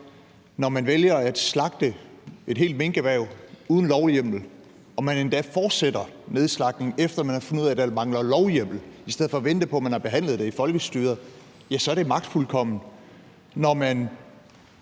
Når man vælger at slagte et helt minkerhverv uden lovhjemmel og man endda fortsætter nedslagtningen, efter at man har fundet ud af, at der mangler lovhjemmel, i stedet for at vente på, at man har behandlet det i folkestyret, ja, så er det magtfuldkomment. Når man